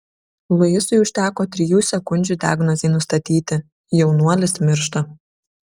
luisui užteko trijų sekundžių diagnozei nustatyti jaunuolis miršta